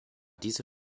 diese